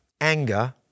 anger